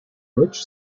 rich